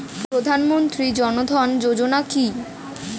প্রধানমন্ত্রী জনধন যোজনা কি?